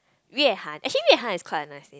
Yue-Han actually Yue-Han is quite a nice name